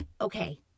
Okay